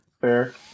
Fair